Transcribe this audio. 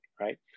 right